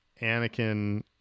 Anakin